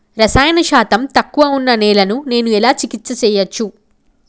రసాయన శాతం తక్కువ ఉన్న నేలను నేను ఎలా చికిత్స చేయచ్చు?